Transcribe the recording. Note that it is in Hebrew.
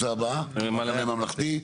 הסתייגויות של המחנה הממלכתי.